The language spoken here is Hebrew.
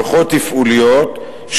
בריכות תפעוליות,